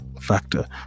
factor